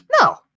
No